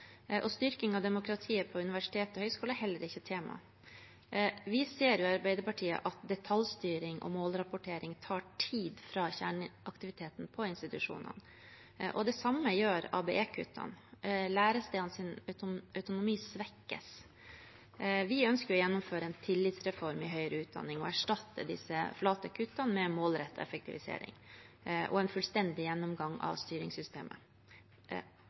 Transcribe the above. tema. Vi ser i Arbeiderpartiet at detaljstyring og målrapportering tar tid fra kjerneaktiviteten på institusjonene. Det samme gjør ABE-kuttene. Lærestedenes autonomi svekkes. Vi ønsker å gjennomføre en tillitsreform i høyere utdanning og erstatte disse flate kuttene med en målrettet effektivisering og en fullstendig gjennomgang av styringssystemet.